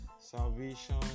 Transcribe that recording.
salvation